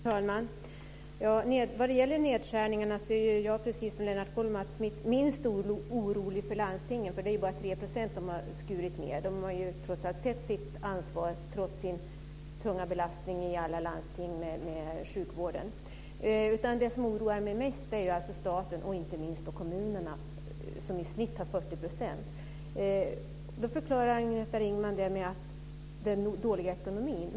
Fru talman! Vad gäller nedskärningarna är jag liksom Lennart Kollmats minst orolig för landstingen, som ju har skurit ned med bara 3 %, trots den tunga belastning som de har inom sjukvården. Det som oroar mig mest är staten och inte minst kommunerna, som i genomsnitt har skurit ned med 40 %. Agneta Ringman förklarar denna nedskärning med den dåliga ekonomin.